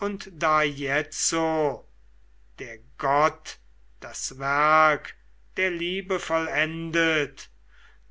und da jetzo der gott das werk der liebe vollendet